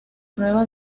prueba